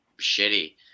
shitty